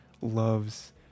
loves